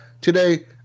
today